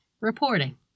reporting